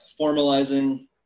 formalizing